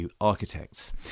Architects